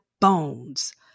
bones